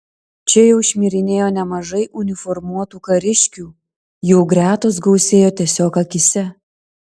čia jau šmirinėjo nemažai uniformuotų kariškių jų gretos gausėjo tiesiog akyse